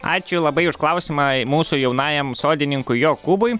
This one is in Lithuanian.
ačiū labai už klausimą mūsų jaunajam sodininkui jokūbui